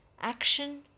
action